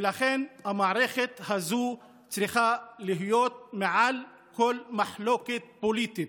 ולכן המערכת הזו צריכה להיות מעל כל מחלוקת פוליטית.